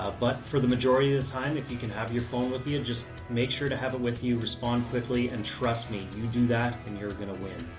but for the majority of the time if you can have your phone with you and just make sure to have it with you, respond quickly and trust me you do that and you're going to win.